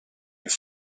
your